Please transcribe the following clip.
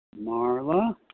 Marla